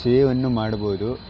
ಸೇವನ್ನು ಮಾಡ್ಬೋದು